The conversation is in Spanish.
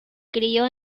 crio